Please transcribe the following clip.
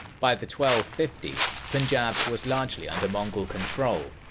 by the twelve fifty s punjab was largely under mongol control.